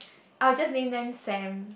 I will just name them Sam